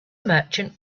merchant